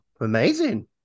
Amazing